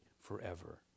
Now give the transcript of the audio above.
forever